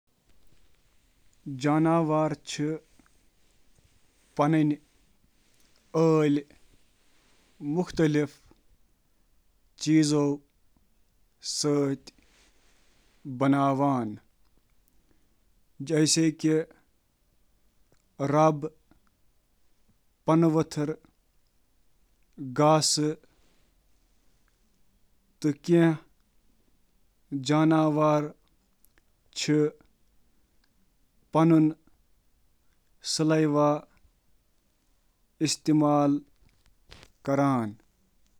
جاناوار چھِ مُختٔلِف قٕسمٕک مواد تہٕ تکنیک استعمال کٔرِتھ آسہٕ بناوان، یِمَن منٛز شٲمِل چھِ: اکھ بنیاد بناوٕن، وونُن، شکل دیُن تہٕ باقی۔